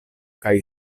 kaj